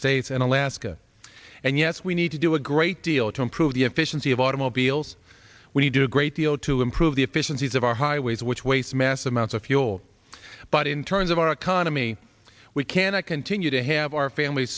states and alaska and yes we need to do a great deal to improve the efficiency of automobiles we do a great deal to improve the efficiencies of our highways which wastes mass amounts of fuel but in terms of our economy we cannot continue to have our famil